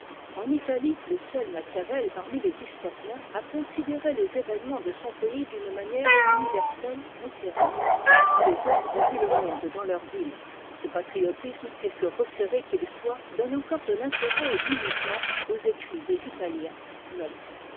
en italie le seul machiavel parmi les historiens a considéré les événements de son pays d'une manière universelle mais terrible tous tes autres ont vu le monde dans leur ville ce patriotisme quelque resserré qu'il soit donne encore de l'intérêt et du mouvement aux écrits des italiens